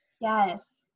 Yes